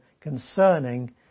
concerning